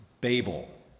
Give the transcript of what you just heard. Babel